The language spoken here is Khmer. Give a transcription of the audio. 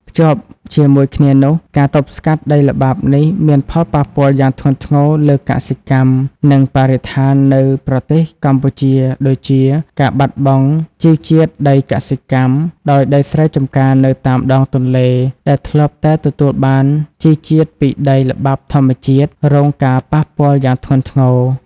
ភ្ជាប់ជាមួយគ្នានោះ ការទប់ស្កាត់ដីល្បាប់នេះមានផលប៉ះពាល់យ៉ាងធ្ងន់ធ្ងរលើកសិកម្ម និងបរិស្ថាននៅប្រទេសកម្ពុជាដូចជា ការបាត់បង់ជីជាតិដីកសិកម្ម ដោយដីស្រែចម្ការនៅតាមដងទន្លេដែលធ្លាប់តែទទួលបានជីជាតិពីដីល្បាប់ធម្មជាតិ រងការប៉ះពាល់យ៉ាងធ្ងន់ធ្ងរ។